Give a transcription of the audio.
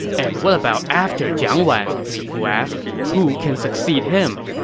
and what about after jiang wan? li fu asked. who can succeed him?